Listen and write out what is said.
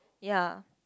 ya